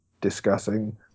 discussing